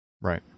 right